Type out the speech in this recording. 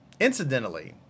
Incidentally